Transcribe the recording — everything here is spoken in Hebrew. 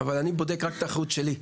אבל אני בודק רק את החוט שלי,